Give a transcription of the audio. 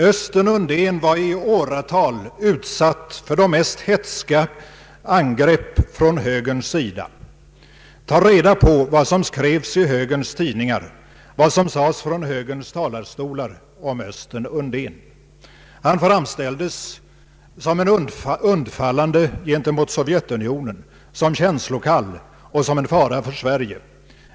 Östen Undén var i åratal utsatt för de mest hätska angrepp från högerns sida. Ta reda på vad som skrevs i högerns tidningar, vad som sades från högerns talarstolar om Östen Undén! Han framställdes som undfallande gentemot Sovjetunionen, som känslokall och som en fara för Sverige.